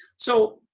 so,